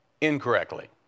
incorrectly